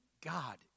God